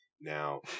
Now